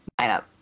lineup